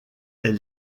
est